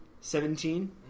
Seventeen